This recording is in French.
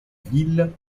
ville